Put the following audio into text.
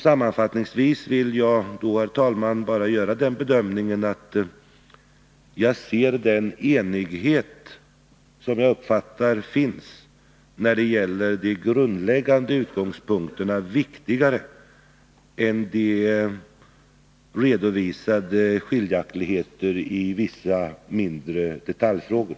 Sammanfattningsvis vill jag, herr talman, göra den bedömningen att den enighet som jag uppfattar finns när det gäller de grundläggande utgångspunkterna är viktigare än de redovisade skiljaktigheterna i mindre detaljfrågor.